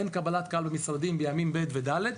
אין קבלת קהל במשרדים בימים ב' ו-ד'.